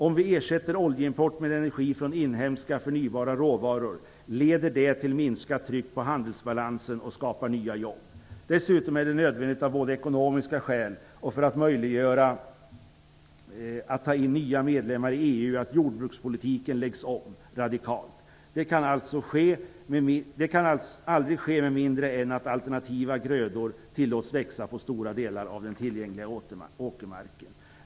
Om vi ersätter oljeimport med energi från inhemska förnybara råvaror, leder det till minskat tryck på handelsbalansen och skapar nya jobb. Dessutom är det nödvändigt, både av ekonomiska skäl och för möjligheten att ta in nya medlemmar i EU, att jordbrukspolitiken läggs om radikalt. Det kan aldrig ske med mindre än att alternativa grödor tillåts växa på stora delar av den tillgängliga åkermarken.